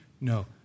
No